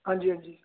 ਹਾਂਜੀ ਹਾਂਜੀ